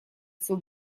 сил